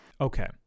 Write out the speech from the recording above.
Okay